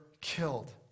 killed